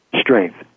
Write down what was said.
strength